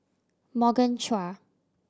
Morgan Chua